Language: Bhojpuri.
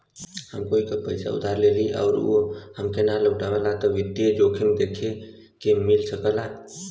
हम कोई के पइसा उधार देली आउर उ हमके ना लउटावला त वित्तीय जोखिम देखे के मिल सकला